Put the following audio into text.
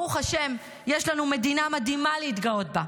ברוך השם, יש לנו מדינה מדהימה להתגאות בה,